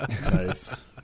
Nice